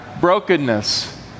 brokenness